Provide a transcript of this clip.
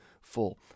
full